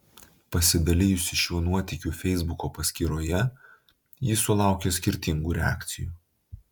pasidalijusi šiuo nuotykiu feisbuko paskyroje ji sulaukė skirtingų reakcijų